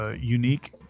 unique